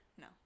No